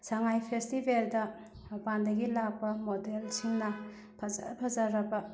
ꯁꯉꯥꯏ ꯐꯦꯁꯇꯤꯕꯦꯜꯗ ꯃꯄꯥꯟꯗꯒꯤ ꯂꯥꯛꯄ ꯃꯣꯗꯦꯜꯁꯤꯡꯅ ꯐꯖ ꯐꯖꯔꯕ